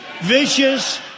vicious